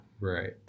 Right